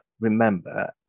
remember